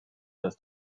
das